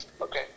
okay